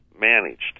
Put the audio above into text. managed